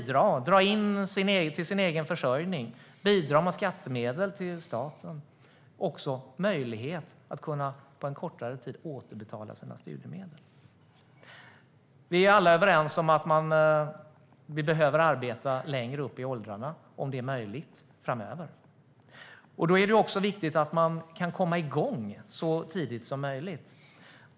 Då minskar också tiden man försörjer sig själv, bidrar med skattemedel till staten och har möjlighet att återbetala sina studiemedel. Vi är alla överens om att människor framöver måste arbeta längre upp i åldrarna, om det är möjligt. Då är det också viktigt att komma igång så tidigt som möjligt.